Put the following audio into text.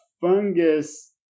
fungus